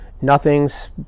Nothing's